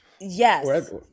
Yes